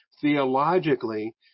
Theologically